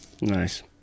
Nice